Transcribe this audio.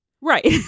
Right